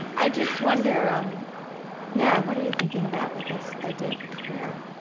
i just wonder um yeah what are you thinking about with this idea of prayer,